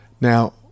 Now